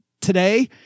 Today